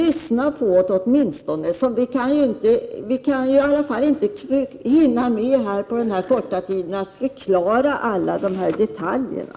Lyssna åtminstone på oss, även om vi inte under den här korta debattiden hinner förklara alla detaljerna.